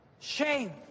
shame